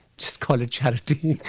just call it charity.